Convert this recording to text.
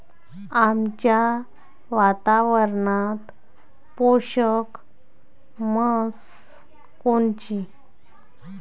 आमच्या वातावरनात पोषक म्हस कोनची?